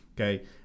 okay